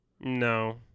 No